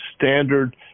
standard